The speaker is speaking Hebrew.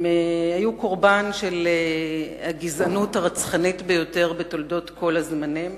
הם היו קורבן של הגזענות הרצחנית ביותר בתולדות כל הזמנים,